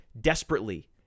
desperately